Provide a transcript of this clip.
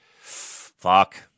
Fuck